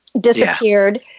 disappeared